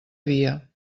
via